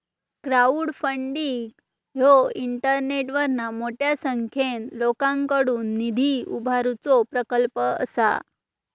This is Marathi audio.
क्राउडफंडिंग ह्यो इंटरनेटवरना मोठ्या संख्येन लोकांकडुन निधी उभारुचो प्रकल्प असा